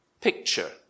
picture